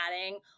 adding